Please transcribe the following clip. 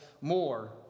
more